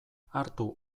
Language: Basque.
hartu